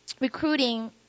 recruiting